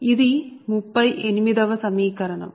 ఇది 38 వ సమీకరణం